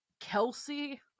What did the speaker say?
Kelsey